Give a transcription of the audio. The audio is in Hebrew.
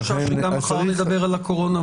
יש לי תחושה שגם מחר וביום שלישי נדבר על הקורונה.